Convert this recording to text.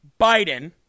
Biden